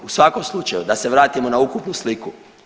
U svakom slučaju da se vratimo na ukupnu sliku.